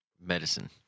Medicine